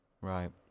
Right